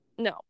No